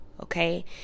Okay